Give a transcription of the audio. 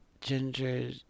Ginger